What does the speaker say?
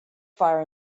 fire